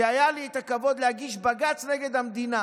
והיה לי את הכבוד להגיש בג"ץ נגד המדינה